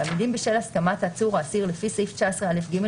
המילים "בשל הסכמת העצור או האסיר לפי סעיף 19א(ג)